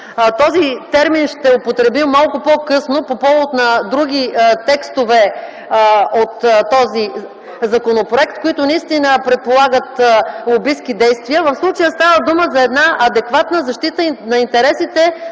този термин ще употребя малко по-късно, по повод на други текстове от този законопроект, които наистина предполагат лобистки действия. В случая става дума за една адекватна защита на интересите